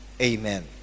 Amen